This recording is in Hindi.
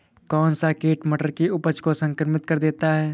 कौन सा कीट मटर की उपज को संक्रमित कर देता है?